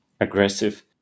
aggressive